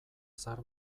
zahar